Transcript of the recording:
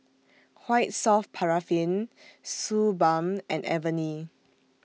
White Soft Paraffin Suu Balm and Avene